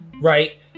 right